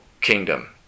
kingdom